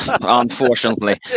Unfortunately